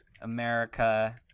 america